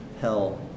hell